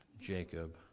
Jacob